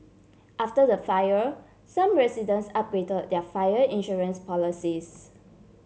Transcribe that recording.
after the fire some residents upgrade their fire insurance policies